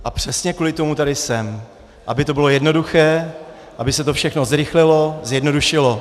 A přesně kvůli tomu tady jsem, aby to bylo jednoduché, aby se to všechno zrychlilo, zjednodušilo.